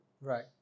Right